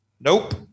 nope